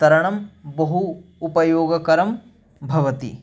तरणं बहु उपयोगकरं भवति